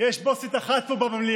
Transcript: יש בוסית אחת פה במליאה.